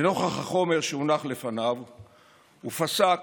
ולנוכח החומר שהונח לפניו הוא פסק